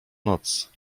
noc